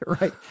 Right